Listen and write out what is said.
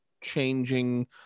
changing